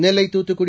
Nellai Thoothukudi